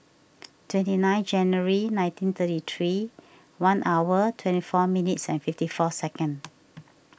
twenty nine January nineteen thirty three one hour twenty four minutes and fifty four second